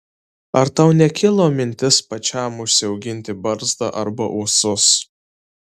ar tau nekilo mintis pačiam užsiauginti barzdą arba ūsus